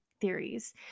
theories